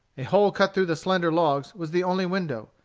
a hole cut through the slender logs was the only window.